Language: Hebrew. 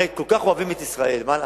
הרי כל כך אוהבים את ישראל, מה לעשות.